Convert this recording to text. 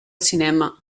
cinema